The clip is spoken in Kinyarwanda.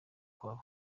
kwabo